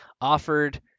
offered